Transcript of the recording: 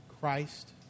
Christ